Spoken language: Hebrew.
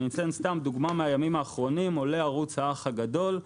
אציג דוגמה מן הימים האחרונים: עולה ערוץ האח הגדול,